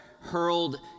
hurled